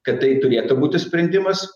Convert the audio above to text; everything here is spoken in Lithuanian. kad tai turėtų būti sprendimas